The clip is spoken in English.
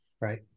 Right